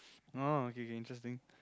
oh okay okay interesting